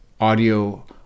audio